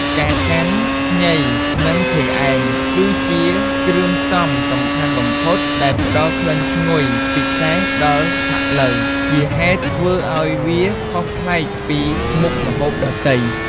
ផ្កាចន្ទន៍ ខ្ញី និងឈើអែម គឺជាគ្រឿងផ្សំសំខាន់បំផុត ដែលផ្ដល់ក្លិនឈ្ងុយពិសេសដល់ផាក់ឡូវ ជាហេតុធ្វើឱ្យវាខុសប្លែកពីមុខម្ហូបដទៃ។